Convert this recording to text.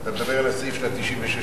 אתה מדבר על הסעיף של 96 השעות.